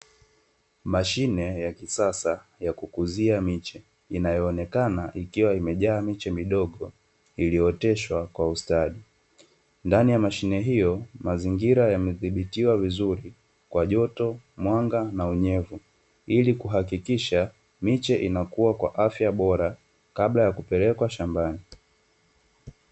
Mashine ya kisasa ya kukuzia miche, ikiwa inaonekana na miche midogo iliyooteshwa kwa ustadi ndani ya mashine hiyo, mazingira yamedhibitiwa vizuri kwa mwanga na unyevu ili kuhakikisha miche inakua kwa afya bora kabla ya kupelekwa shambani.